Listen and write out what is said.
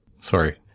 sorry